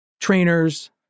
trainers